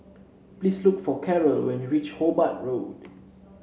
please look for Karel when you reach Hobart Road